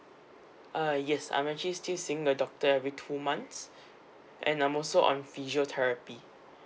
uh yes I'm actually still seeing a doctor every two months and I'm also on physiotherapy